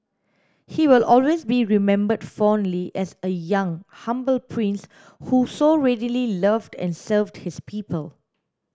he will always be remembered fondly as a young humble prince who so readily loved and served his people